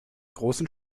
großen